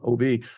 OB